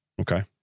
Okay